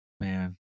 man